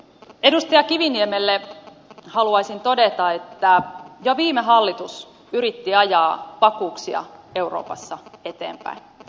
edustaja kiviniemelle haluaisin todeta että jo viime hallitus yritti ajaa vakuuksia euroopassa eteenpäin